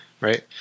right